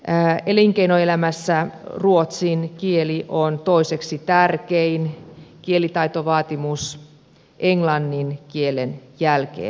elinkeinoelämässä ruotsin kieli on toiseksi tärkein kielitaitovaatimus englannin kielen jälkeen